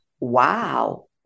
Wow